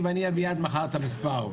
ואני אביא עד מחר את המספר,